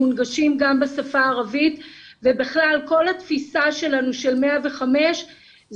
מונגשים גם בשפה הערבית ובכלל כל התפיסה שלנו של 105 זה